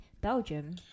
belgium